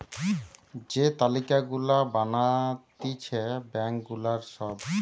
যে তালিকা গুলা বানাতিছে ব্যাঙ্ক গুলার সব